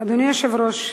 אדוני היושב-ראש,